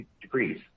degrees